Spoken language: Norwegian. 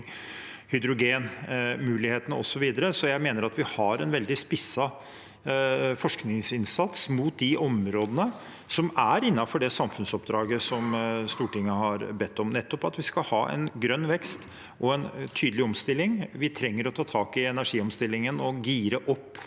hydrogenmulighetene osv. Jeg mener derfor at vi har en veldig spisset forskningsinnsats mot de områdene som er innenfor det samfunnsoppdraget som Stortinget har bedt om, nettopp at vi skal ha en grønn vekst og en tydelig omstilling. Vi trenger å ta tak i energiomstillingen og gire opp